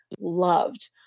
loved